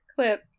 clip